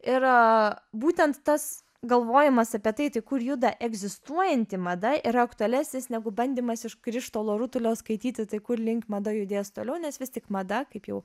ir būtent tas galvojimas apie tai kur juda egzistuojanti mada yra aktualesnis negu bandymas iš krištolo rutulio skaityti tai kur link mada judės toliau nes vis tik mada kaip jau